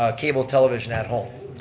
ah cable television at home.